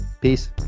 Peace